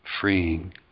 freeing